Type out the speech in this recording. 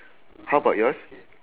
how about yours